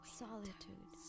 solitude